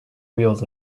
wheels